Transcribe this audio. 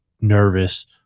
nervous